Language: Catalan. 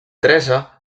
teresa